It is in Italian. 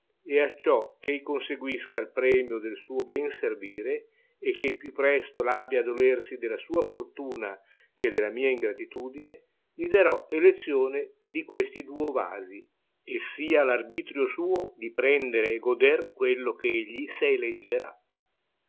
e acciò che ei conseguisca il premio del suo ben servire e che più presto l abbia a dolersi della sua fortuna che della mia ingratitudine gli darò elezione di questi duo vasi e sia l'arbitrio suo di prendere e goder quello che egli se eleggerà